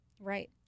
Right